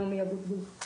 אנחנו